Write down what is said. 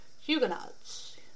Huguenots